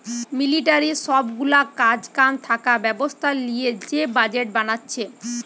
মিলিটারির সব গুলা কাজ কাম থাকা ব্যবস্থা লিয়ে যে বাজেট বানাচ্ছে